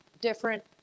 different